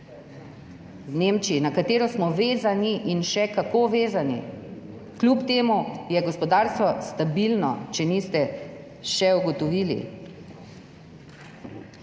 V Nemčiji, na katero smo še kako vezani, kljub temu je gospodarstvo stabilno, če še niste ugotovili.